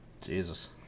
Jesus